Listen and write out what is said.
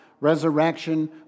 resurrection